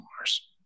Mars